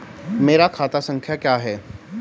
मेरा खाता संख्या क्या है?